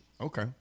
Okay